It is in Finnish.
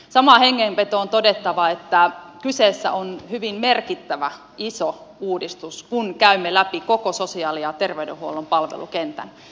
samaan hengenvetoon on todettava että kyseessä on hyvin merkittävä iso uudistus kun käymme läpi koko sosiaali ja terveydenhuollon palvelukentän